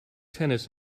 tennis